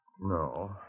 No